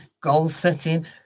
goal-setting